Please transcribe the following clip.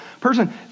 person